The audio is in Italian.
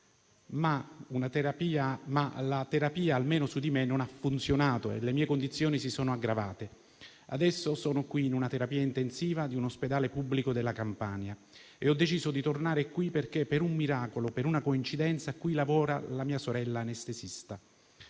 La terapia però, almeno su di me, non ha funzionato e le mie condizioni si sono aggravate. Adesso sono qui in una terapia intensiva di un ospedale pubblico della Campania e ho deciso di tornare qui perché, per un miracolo, per una coincidenza, qui lavora mia sorella anestesista.